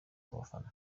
abafana